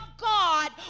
God